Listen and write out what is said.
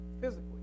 physically